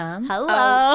Hello